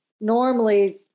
normally